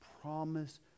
promise